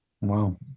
Wow